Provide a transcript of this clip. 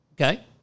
Okay